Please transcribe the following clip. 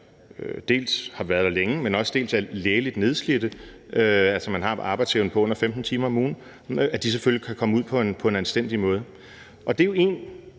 der har været der længe, men også er lægeligt nedslidte, altså har en arbejdsevne på under 15 timer om ugen, selvfølgelig kan komme ud på en anstændig måde. Det er en